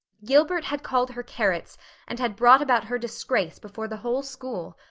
gilbert had called her carrots and had brought about her disgrace before the whole school.